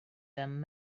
them